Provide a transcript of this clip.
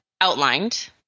outlined